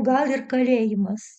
o gal ir kalėjimas